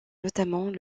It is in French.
notamment